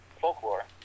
folklore